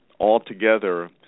altogether